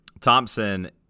Thompson